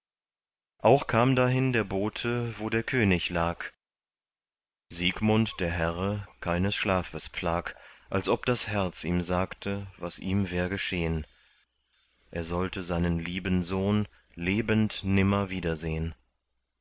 auch kam dahin der bote wo der könig lag siegmund der herre keines schlafes pflag als ob das herz ihm sagte was ihm wär geschehn er sollte seinen lieben sohn lebend nimmer wiedersehn